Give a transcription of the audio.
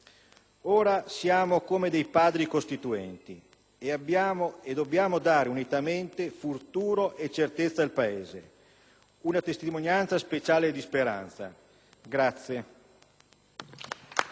ora siamo come dei Padri costituenti e dobbiamo dare unitamente futuro e certezza al Paese, una testimonianza speciale di speranza. Grazie.